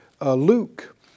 Luke